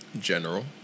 General